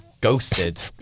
ghosted